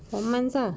four months lah